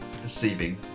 deceiving